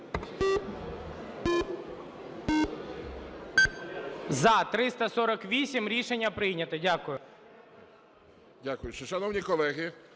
За-348 Рішення прийнято. Дякую.